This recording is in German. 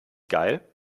geil